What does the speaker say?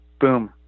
boom